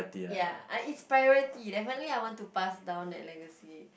ya I it's priority definitely I want to pass down that legacy